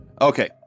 Okay